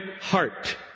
heart